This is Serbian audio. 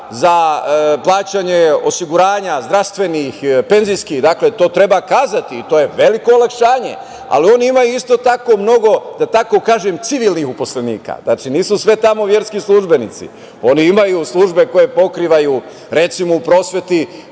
za plaćanje osiguranja, zdravstvenih, penzijskih. To treba kazati, i to je veliko olakšanje, ali oni imaju isto tako mnogo, da tako kažem, civilnih službenika. Nisu sve tamo verski službenici, oni imaju službe koje pokrivaju, recimo, u prosveti